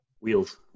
wheels